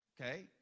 Okay